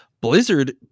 Blizzard